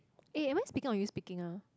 eh am I speaking or you speaking ah